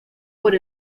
por